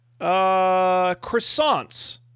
Croissants